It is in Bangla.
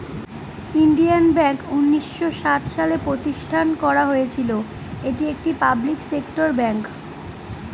ইন্ডিয়ান ব্যাঙ্ক উনিশশো সাত সালে প্রতিষ্ঠান করা হয়েছিল এটি একটি পাবলিক সেক্টর ব্যাঙ্ক